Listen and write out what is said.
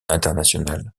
internationale